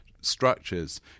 structures